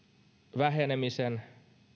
vähenemisen